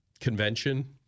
convention